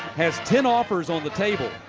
has ten offers on the table.